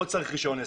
לא צריך רישיון עסק.